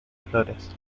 flores